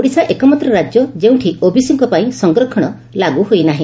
ଓଡିଶା ଏକମାତ୍ର ରାକ୍ୟ ଯେଉଁଠି ଓବିସିଙ୍କ ପାଇଁ ସଂରକ୍ଷଣ ଲାଗୁ ହୋଇନାହି